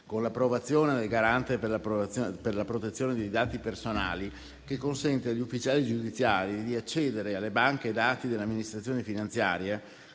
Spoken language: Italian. con l'approvazione del Garante per la protezione dei dati personali, consente agli ufficiali giudiziari di accedere alle banche dati dell'amministrazione finanziaria,